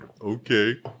okay